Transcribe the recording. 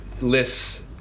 lists